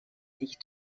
sich